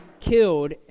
killed